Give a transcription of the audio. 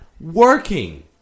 working